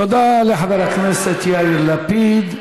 תודה לחבר הכנסת יאיר לפיד.